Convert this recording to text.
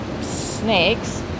snakes